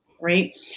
Right